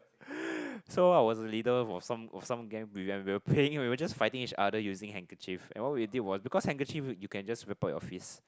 so I was a leader for some of some when we were playing we were just fighting each other using handkerchief and what we did was because handkerchief you can just wrap up your fist